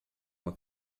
uma